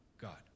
God